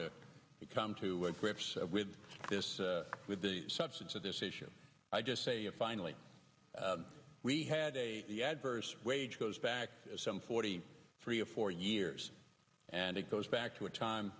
to come to grips with this with the substance of this issue i just say finally we had a the adverse wage goes back some forty three or four years and it goes back to a time